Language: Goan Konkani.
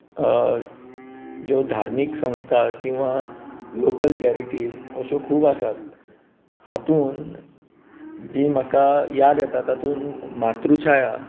ज्यो धार्मीक संस्था किंवा लोकल चेरिटीज अश्यो खूब आसात हांतून जी म्हाका याद येता तातूंत मातृछाया